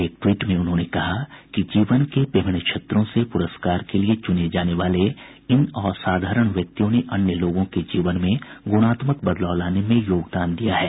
एक ट्वीट में उन्होंने कहा कि जीवन के विभिन्न क्षेत्रों से पुरस्कार के लिए चुने जाने वाले इन असाधारण व्यक्तियों ने अन्य लोगों के जीवन में गुणात्मक बदलाव लाने में योगदान दिया है